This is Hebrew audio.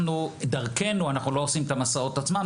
אנחנו לא עושים את המסעות עצמם.